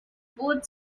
both